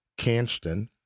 Canston